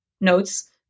notes